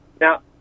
Now